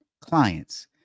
clients